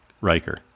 Riker